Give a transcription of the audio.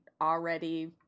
already